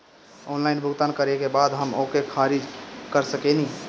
Online भुगतान करे के बाद हम ओके खारिज कर सकेनि?